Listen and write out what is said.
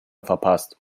verpasst